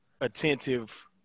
attentive